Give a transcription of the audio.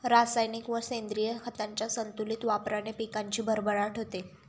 रासायनिक व सेंद्रिय खतांच्या संतुलित वापराने पिकाची भरभराट होते